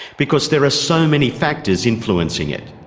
because there are so many factors influencing it.